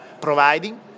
providing